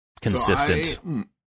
consistent